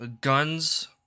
Guns